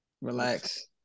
relax